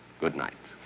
good night.